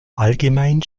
allgemein